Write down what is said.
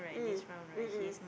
mm mm mm